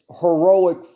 heroic